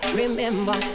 remember